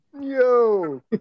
Yo